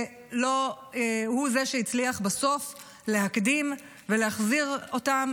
לא, הוא זה שהצליח בסוף להקדים ולהחזיר אותם.